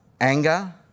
anger